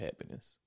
happiness